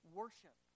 worship